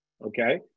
okay